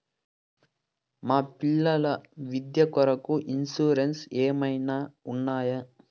మా పిల్లల విద్య కొరకు ఇన్సూరెన్సు ఏమన్నా ఉన్నాయా?